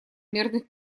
мирных